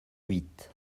huit